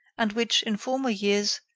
and which, in former years,